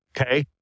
okay